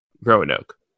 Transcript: Roanoke